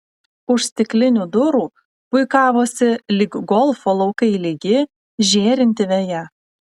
už stiklinių durų puikavosi lyg golfo laukai lygi žėrinti veja